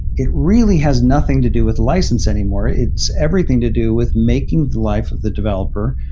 it really has nothing to do with license anymore. it's everything to do with making the life of the developer,